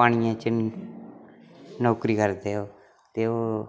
पानियै च न नौकरी करदे ओह् ते ओह्